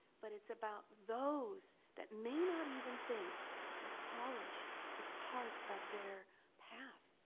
but it's about those that may not even think that college is part of their path.